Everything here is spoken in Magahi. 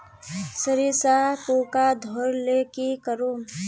सरिसा पूका धोर ले की करूम?